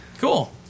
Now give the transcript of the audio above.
Cool